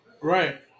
Right